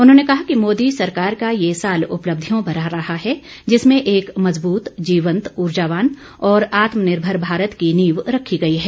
उन्होंने कहा कि मोदी सरकार का ये साल उपलब्धियों भरा रहा है जिसमें एक मजबूत जीवंत ऊर्जावान और आत्मनिर्भर भारत की नींव रखी गई है